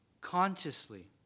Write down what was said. consciously